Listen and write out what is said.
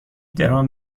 درام